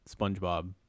Spongebob